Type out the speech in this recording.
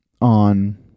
on